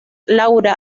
laura